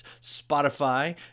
Spotify